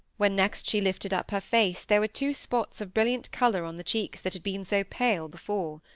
when next she lifted up her face, there were two spots of brilliant colour on the cheeks that had been so pale before.